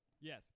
Yes